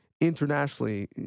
internationally